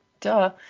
duh